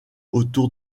autour